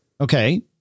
Okay